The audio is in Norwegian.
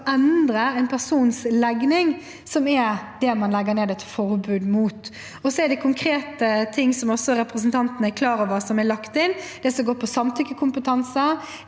endre en persons legning, som er det man legger ned et forbud mot. Så er det konkrete ting, som også representanten er klar over, som er lagt inn. Det er det som handler om samtykkekompetanse,